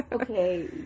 Okay